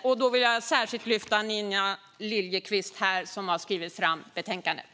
Jag vill särskilt lyfta Nina Liljeqvist, som har skrivit betänkandet.